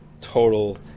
total